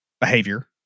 behavior